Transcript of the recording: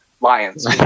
lions